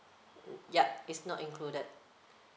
yup is not included